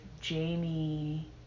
jamie